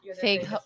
fake